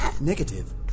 Negative